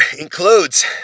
includes